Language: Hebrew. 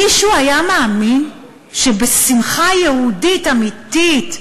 מישהו היה מאמין שבשמחה יהודית אמיתית,